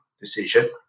decision